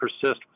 persist